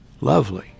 lovely